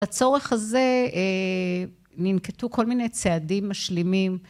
בצורך הזה ננקטו כל מיני צעדים משלימים.